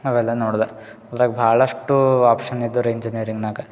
ಅವೆಲ್ಲ ನೋಡ್ದೆ ಅದ್ರಾಗ ಭಾಳಷ್ಟು ಆಪ್ಷನ್ ಇದ್ದುವು ರೀ ಇಂಜಿನಿಯರಿಂಗ್ನಾಗ